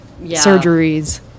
surgeries